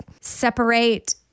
separate